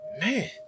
man